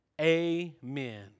Amen